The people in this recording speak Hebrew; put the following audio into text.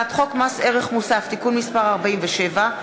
הצעת חוק מס ערך מוסף (תיקון מס' 47),